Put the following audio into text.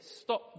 stop